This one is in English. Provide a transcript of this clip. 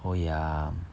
oh ya